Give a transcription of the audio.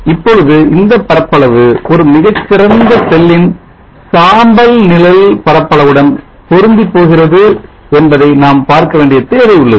இப்பொழுது இந்தப் பரப்பளவு ஒரு மிகச்சிறந்த செல்லின் சாம்பல் நிழல் பரப்பளவுடன் பொருந்திப்போகிறது என்பதை நாம் பார்க்கவேண்டிய தேவை உள்ளது